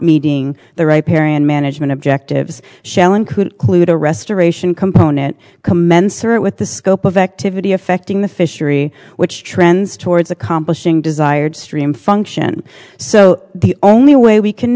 meeting the right parry and management objectives shall include clude a restoration component commensurate with the scope of activity affecting the fishery which trends towards accomplishing desired stream function so the only way we can